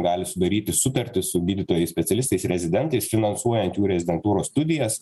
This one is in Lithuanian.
gali sudaryti sutartį su gydytojais specialistais rezidentais finansuojant jų rezidentūros studijas